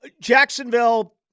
Jacksonville